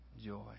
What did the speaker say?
joy